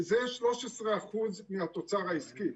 וזה 13% מהתוצר העסקי.